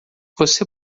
você